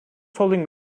holding